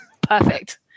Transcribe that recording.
perfect